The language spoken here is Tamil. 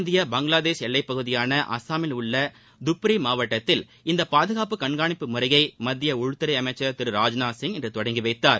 இந்திய பங்களாதேஷ் எல்லைப் பகுதியான அசாமில் உள்ள துப்ரி மாவட்டத்தில் இந்த பாதுகாப்பு கண்காணிப்பு முறையை மத்திய உள்துறை அமைச்சர் திரு ராஜ்நாத் சிங் இன்று தொடங்கி வைத்தார்